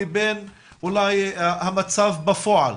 לבין אולי המצב בפועל,